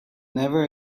never